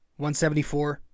174